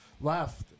left